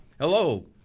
Hello